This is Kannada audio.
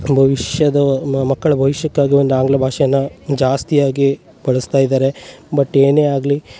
ಭವಿಷ್ಯದ ಮಕ್ಕಳ ಭವಿಷ್ಯಕ್ಕಾಗಿ ಒಂದು ಆಂಗ್ಲ ಭಾಷೆಯನ್ನು ಜಾಸ್ತಿಯಾಗಿ ಬಳಸ್ತಾ ಇದ್ದಾರೆ ಬಟ್ ಏನೇ ಆಗಲಿ